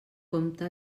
compte